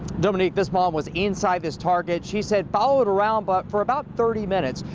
dominique, this mom was inside this target, she says followed around but for about thirty minutes.